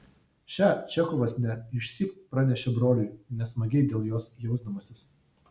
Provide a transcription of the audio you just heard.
šią čechovas ne išsyk pranešė broliui nesmagiai dėl jos jausdamasis